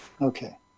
Okay